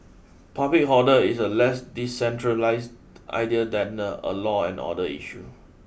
public hoarder is a less decentralised idea than a a law and order issue